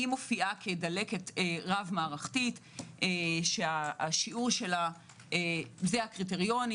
והיא מופיעה כדלקת רב-מערכתית שהשיעור שלה - זה הקריטריונים.